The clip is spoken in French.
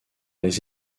les